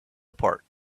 apart